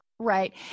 right